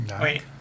Wait